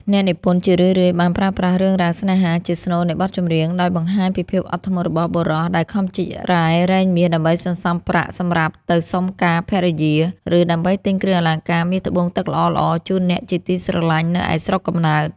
អ្នកនិពន្ធជារឿយៗបានប្រើប្រាស់រឿងរ៉ាវស្នេហាជាស្នូលនៃបទចម្រៀង ដោយបង្ហាញពីភាពអត់ធ្មត់របស់បុរសដែលខំជីករ៉ែរែងមាសដើម្បីសន្សំប្រាក់សម្រាប់ទៅសុំការភរិយា ឬដើម្បីទិញគ្រឿងអលង្ការមាសត្បូងទឹកល្អៗជូនអ្នកជាទីស្រឡាញ់នៅឯស្រុកកំណើត។